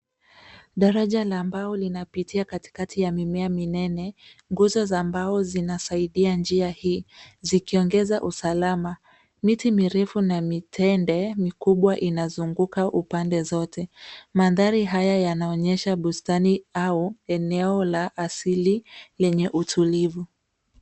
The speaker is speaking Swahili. Daraja la mbao linapitia katikati ya mimea minene, nguzo za mbao zinasaidia njia hii, zikiongeza usalama. Miti mirefu na mitende mikubwa inazunguka upande zote. Mandhari haya yanaonyesha bustani au eneo la asili lenye utulivu.